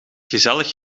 gezellig